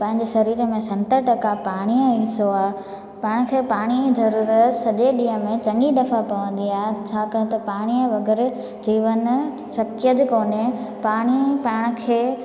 पंहिंजे शरीर में सत टका पाणीअ जो हिसो आहे पाण खे पाणी ज़रूरु सॼे ॾींहं में चङी दफ़ा पवंदी आहे छाकाणि त पाणीअ बग़ैर जीवन सक्चेद कोन्हे पाणी पाण खे